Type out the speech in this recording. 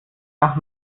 nach